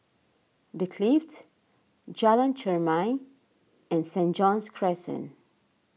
the Clift Jalan Chermai and Saint John's Crescent